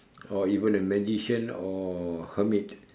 or even a magician or hermit